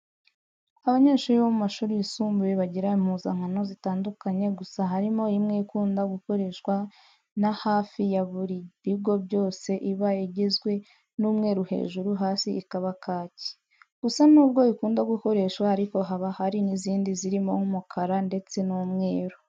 Abanyeshuri bo mu mashuri yisumbuye bagira impuzankano zitandukanye gusa harimo imwe ikunda gukoreshwa na hafi ya buri bigo byose iba igizwe n'umweru hejuru, hasa ikaba kaki. Gusa nubwo ikunda gukoreshwa ariko haba hari n'izindi zirimo nk'umukara ndetse n'umweru.